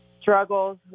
struggles